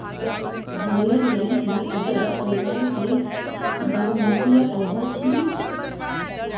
हरियर इलाइची अदरक परिवार के बरमसिया पौधा छियै